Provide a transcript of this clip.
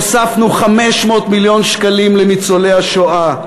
הוספנו 500 מיליון שקלים לניצולי השואה.